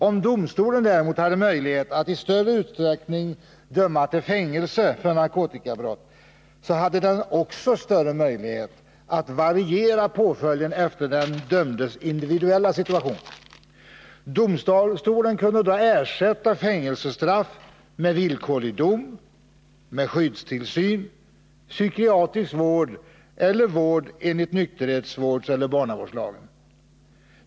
Om domstolen däremot hade möjlighet att i större utsträckning utdöma fängelse för narkotikabrott, hade den också större möjlighet att variera påföljden efter den dömdes individuella situation. Domstolen kunde då ersätta fängelsestraff med villkorlig dom, med skyddstillsyn, psykiatrisk vård eller vård enligt nykterhetsvårdseller barnavårdslagen.